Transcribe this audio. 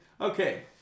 Okay